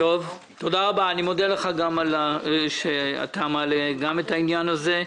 אני מודה לך שגם אתה מעלה את העניין הזה.